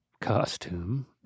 costume